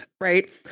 right